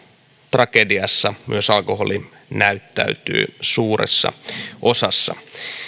tragediassa myös alkoholi näyttäytyy suuressa osassa